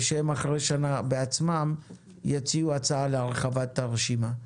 ושהם אחרי שנה בעצמם יציעו הצעה להרחבת הרשימה.